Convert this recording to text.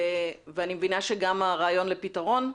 ואני מבינה שגם הרעיון לפתרון?